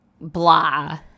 blah